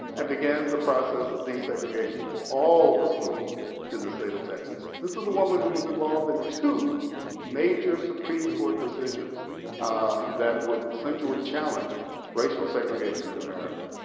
and begins the process of desegregation for all the schools in the state of texas. this is a woman who was involved in two major supreme court decisions that would essentially challenge racial segregation in america.